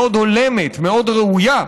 מאוד הולמת, מאוד ראויה,